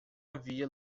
havia